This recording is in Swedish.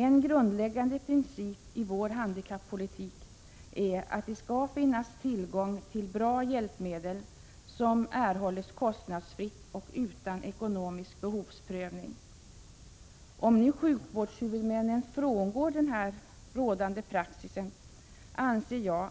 En grundläggande princip i vår handikappolitik är att det skall finnas tillgång till bra hjälpmedel, som erhålls kostnadsfritt och utan ekonomisk behovsprövning. Om nu sjukvårdshuvudmännen frångår denna rådande praxis är det, anser jag,